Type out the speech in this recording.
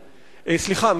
סליחה,